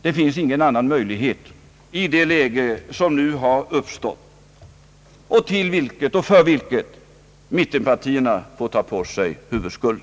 Det finns ingen annan möjlighet i det läge som nu har uppstått och till vilket mittenpartierna får ta på sig huvudskulden.